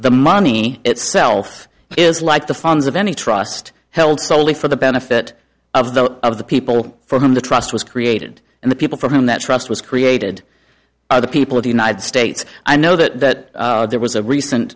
the money itself is like the funds of any trust held solely for the benefit of the of the people for whom the trust was created and the people for whom that trust was created are the people of the united states i know that there was a recent